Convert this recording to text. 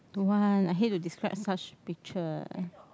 don't want I hate to describe such picture